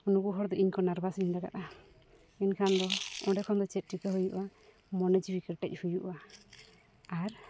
ᱱᱩᱠᱩ ᱦᱚᱲ ᱫᱚ ᱤᱧᱠᱚ ᱱᱟᱨᱵᱷᱟᱥᱤᱧ ᱞᱟᱹᱜᱤᱫᱼᱟ ᱮᱱᱠᱷᱟᱱ ᱫᱚ ᱚᱸᱰᱮ ᱠᱷᱚᱱ ᱫᱚ ᱪᱮᱫ ᱪᱤᱠᱟᱹ ᱦᱩᱭᱩᱜᱼᱟ ᱢᱚᱱᱮ ᱡᱤᱣᱤ ᱠᱮᱴᱮᱡ ᱦᱩᱭᱩᱜᱼᱟ ᱟᱨ